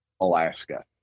Alaska